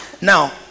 Now